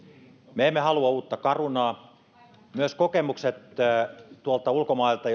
me emme halua uutta carunaa myös kokemukset tuolta ulkomailta